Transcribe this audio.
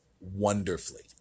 wonderfully